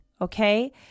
okay